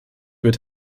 wird